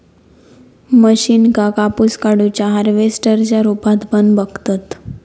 मशीनका कापूस काढुच्या हार्वेस्टर च्या रुपात पण बघतत